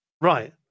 Right